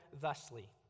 thusly